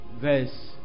Verse